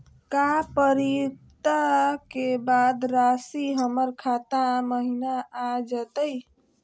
का परिपक्वता के बाद रासी हमर खाता महिना आ जइतई?